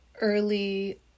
early